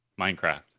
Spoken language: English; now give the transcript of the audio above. Minecraft